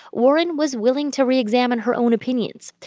warren was willing to re-examine her own opinions.